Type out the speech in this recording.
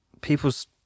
people's